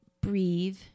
breathe